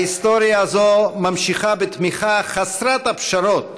ההיסטוריה הזאת נמשכת בתמיכה חסרת הפשרות